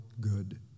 good